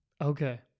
Okay